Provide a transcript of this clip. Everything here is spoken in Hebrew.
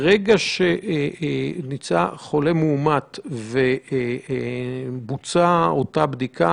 אני מקווה מאוד שהשבוע אנשים יראו תוצאות הרבה יותר מהירות גם בקו השני.